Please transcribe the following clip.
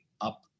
up